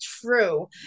true